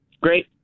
Great